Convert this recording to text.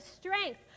strength